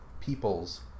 peoples